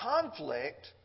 conflict